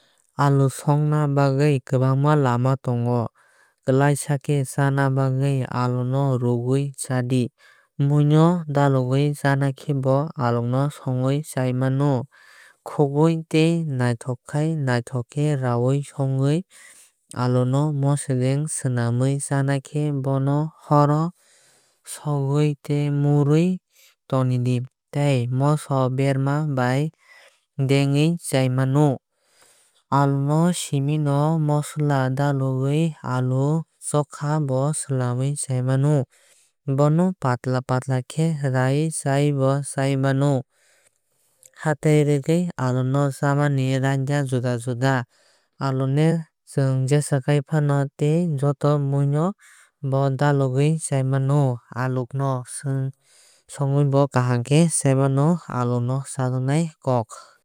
Alu songna bagwi kwbangma lama tongo. Klai sa khe chana bagwui alu no rugui chadi. Mui no dalugwi chanakhe bo alu no songwui chai mano. Khugui tei naithok khe naithok khe rawui songwui alu no mosodeng swnamwui chanakhe bono horro sogwui tei murui tonidi. Tei moso berma bai dengwui chai mano. Alu no siming no mosola dalugui alu chokha bo swlamui chai mano. Bono patla patla khe raui serui bo chai mano. Hatai rwgui alu no chama ni raida juda juda. Alu no chwng jesakhai fano tei joto mui o bo daluhui chai mano. Alu no chwng songwui bo kaham khe chai mano. Alu chajaknai kok.